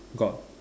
got